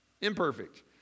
Imperfect